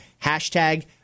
Hashtag